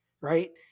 right